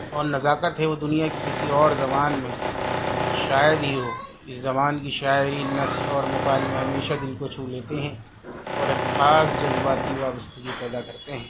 اور نزاکت ہے وہ دنیا کی کسی اور زبان میں شاید ہی ہو اس زبان کی شاعری نثر اور مکالمے ہمیشہ دل کو چھو لیتے ہیں اور ایک خاص جذباتی وابستگی پیدا کرتے ہیں